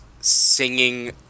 singing